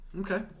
Okay